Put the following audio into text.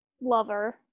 lover